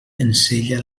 ensella